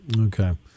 okay